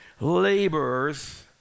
laborers